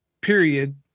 period